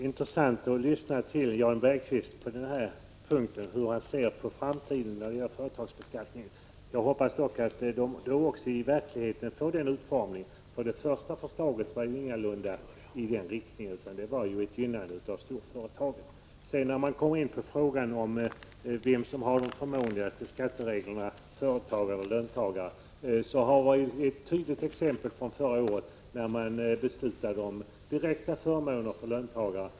Herr talman! Det är intressant att lyssna till hur Jan Bergqvist ser på framtiden när det gäller företagsbeskattningen. Jag hoppas dock att den då också i verkligheten får denna utformning. Det första förslaget var ingalunda i denna riktning utan det innebar att man gynnade storföretagen. När man kommer in på frågan om vem som har de förmånligaste skattereglerna, företagare eller löntagare, har vi ett tydligt exempel från förra året då man beslutade om direkta förmåner för löntagare.